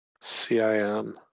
CIM